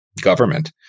government